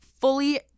fully